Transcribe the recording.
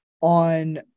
on